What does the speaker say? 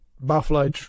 Buffalo